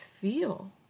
feel